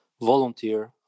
volunteer